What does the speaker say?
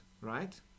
right